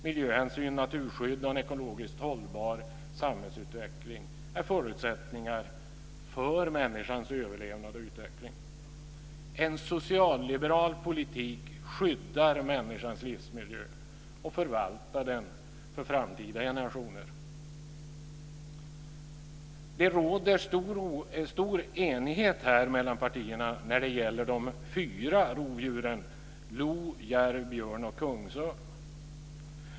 Miljöhänsyn, naturskydd och en ekologiskt hållbar samhällsutveckling är förutsättningar för människans överlevnad och utveckling. En socialliberal politik skyddar människans livsmiljö och förvaltar den för framtida generationer. Det råder en stor enighet mellan partierna när det gäller de fyra rovdjuren lo, järv, björn och kungsörn.